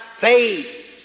faith